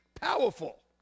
powerful